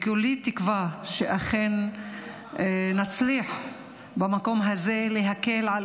וכולי תקווה שאכן נצליח במקום הזה להקל על